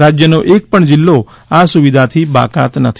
રાજ્યનો એક પણ જિલ્લો આ સુવિધાથી બાકાત નથી